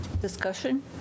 Discussion